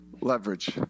leverage